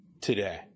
today